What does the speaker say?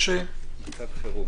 מצב חירום.